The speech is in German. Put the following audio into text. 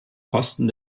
posten